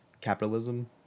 capitalism